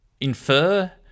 infer